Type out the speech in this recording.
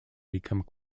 become